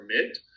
permit